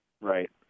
Right